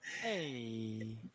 hey